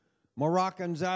Moroccans